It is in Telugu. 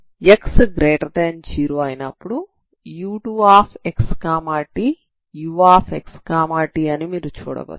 x0 అయినప్పుడు u2xtuxt అని మీరు చూడవచ్చు